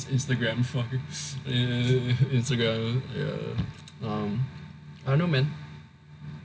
Instagram Instagrammer ya um I don't know man